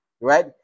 right